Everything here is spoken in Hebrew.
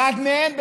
אחת מהן,